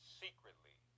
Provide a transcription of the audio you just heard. secretly